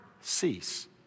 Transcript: cease